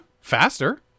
faster